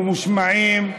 ממושמעים,